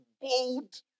bold